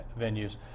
venues